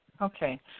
Okay